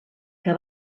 que